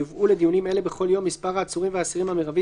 יובאו לדיונים אלה בכל יום מספר העצורים והאסירים המרבי